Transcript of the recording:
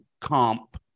comp